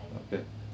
okay